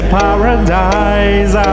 paradise